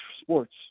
Sports